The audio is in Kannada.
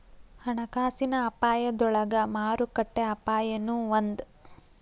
ಹಣಕಾಸಿನ ಅಪಾಯದೊಳಗ ಮಾರುಕಟ್ಟೆ ಅಪಾಯನೂ ಒಂದ್